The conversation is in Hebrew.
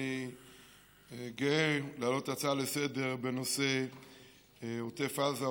אני גאה להעלות הצעה לסדר-היום בנושא עוטף עזה,